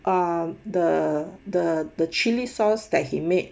um the the the chilli sauce that he made